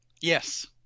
Yes